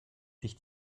sich